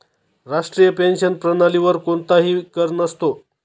राष्ट्रीय पेन्शन प्रणालीवर कोणताही कर नसतो